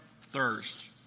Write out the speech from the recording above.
thirst